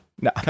no